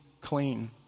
clean